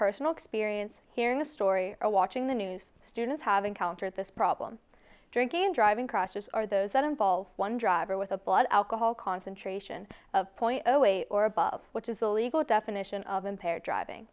personal experience hearing a story or watching the news students have encountered this problem drinking and driving crashes are those that involve one driver with a blood alcohol concentration point zero eight or above which is the legal definition of impaired driving